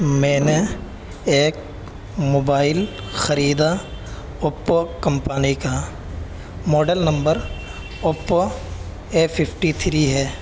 میں نے ایک موبائل خریدا اوپو کمپنی کا model number Oppo A fifty three ہے